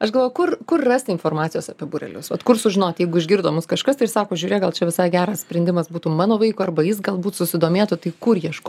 aš gavau kur kur rasti informacijos apie būrelius vat kur sužinoti jeigu išgirdo mus kažkas ir sako žiūrėk gal čia visai geras sprendimas būtų mano vaiko arba jis galbūt susidomėtų tai kur ieškot